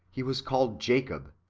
he was called jacob,